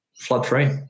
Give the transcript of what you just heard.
flood-free